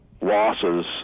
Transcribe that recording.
losses